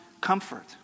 comfort